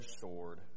sword